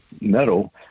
metal